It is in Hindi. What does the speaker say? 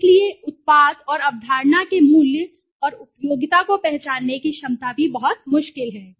इसलिए उत्पाद और अवधारणा के मूल्य और उपयोगिता को पहचानने की क्षमता भी बहुत मुश्किल है